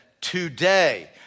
today